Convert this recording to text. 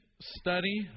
study